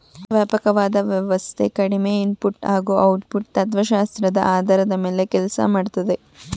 ವ್ಯಾಪಕವಾದ ವ್ಯವಸ್ಥೆ ಕಡಿಮೆ ಇನ್ಪುಟ್ ಹಾಗೂ ಔಟ್ಪುಟ್ ತತ್ವಶಾಸ್ತ್ರದ ಆಧಾರದ ಮೇಲೆ ಕೆಲ್ಸ ಮಾಡ್ತದೆ